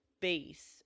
base